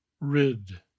Rid